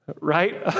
right